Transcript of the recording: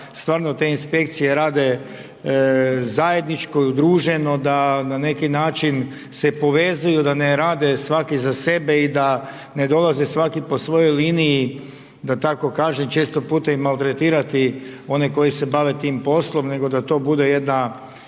stvarno te inspekcije rade zajedničko i udruženo, da na neki način se povezuju, da ne rade svaki za sebe i da ne dolaze svaki po svojoj liniji da tako kažem, često puta ih maltretirati onih koji se bave tim poslom, nego da to bude jedna,